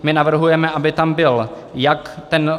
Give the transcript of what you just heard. My navrhujeme, aby tam byl jak ten...